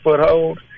foothold